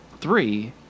three